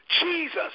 Jesus